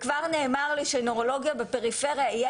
כבר נאמר לי שנוירולוגיה בפריפריה יהיה